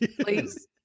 please